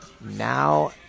now